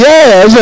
Yes